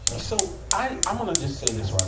so, i, i'm gonna just say this right